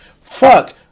fuck